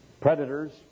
predators